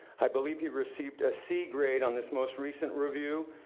i believe he received a c grade on this most recent review,